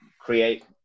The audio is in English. create